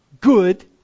good